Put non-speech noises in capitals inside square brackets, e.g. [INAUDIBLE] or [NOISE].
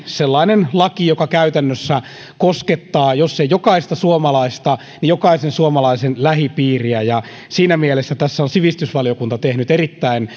sellainen laki joka käytännössä koskettaa jos ei jokaista suomalaista niin jokaisen suomalaisen lähipiiriä siinä mielessä tässä on sivistysvaliokunta tehnyt erittäin [UNINTELLIGIBLE]